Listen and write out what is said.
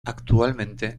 actualmente